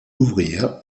ouvrière